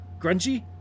Grungy